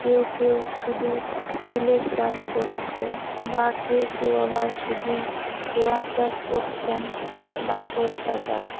কেউ কেউ শুধু তিলের চাষ করছে বা কেউ কেউ আবার শুধু পেঁয়াজ চাষ করছেন বা সরষা চাষ